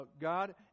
God